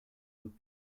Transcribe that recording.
und